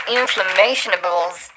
inflammationables